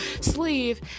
sleeve